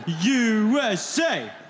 USA